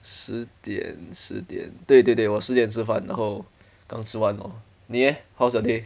十点十点对对对我十点吃饭然后刚吃完 orh 你 eh how's your day